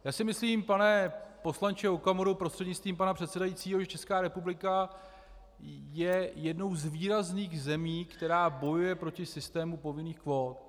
Já si myslím, pane poslanče Okamuro prostřednictvím pana předsedajícího, že Česká republika je jednou z výrazných zemí, které bojují proti systému povinných kvót.